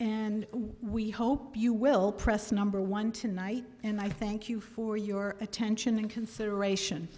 and we hope you will press number one tonight and i thank you for your attention in consideration